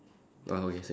brown is it